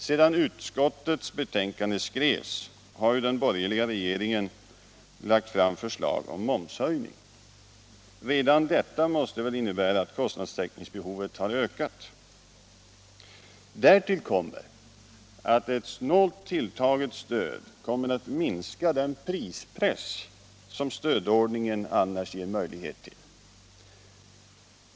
Sedan utskottets betänkande skrevs har ju den borgerliga regeringen lagt fram förslag om en momshöjning. Redan detta måste väl innebära att kostnadstäckningsbehovet har ökat. Därtill kommer att ett snålt tilltaget stöd kommer att minska den prispress som stödordningen ger möjlighet till.